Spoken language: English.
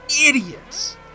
idiots